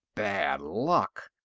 bad luck!